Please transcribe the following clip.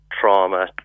trauma